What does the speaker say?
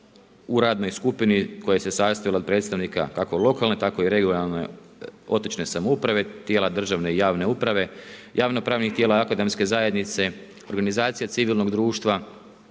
u radnoj skupini koja se sastojala od predstavnika, kako lokalne, tako i regionalne otočne samouprave, tijela državne i javne uprave, javno pravnih tijela akademske zajednice, organizacija civilnog društva